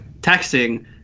texting